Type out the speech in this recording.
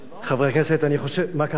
חברי הכנסת, אני חושב, מה קרה?